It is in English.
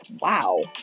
Wow